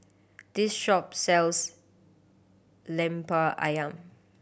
this shop sells Lemper Ayam